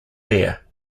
bear